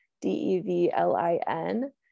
d-e-v-l-i-n